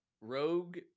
rogue